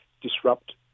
disrupt